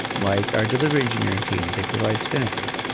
like our delivery engineering team. they provide spinnaker.